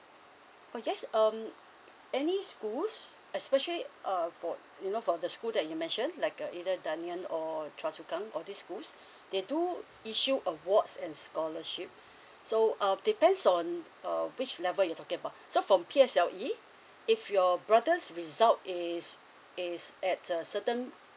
oh yes um any schools especially uh for uh you know for the school that you mentioned like a either dunmen or chua chu kang uh this school they do issues awards and scholarship so uh depends on uh which level you talking about so from P_S_L_E if your brother's result is is at a certain